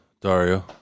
Dario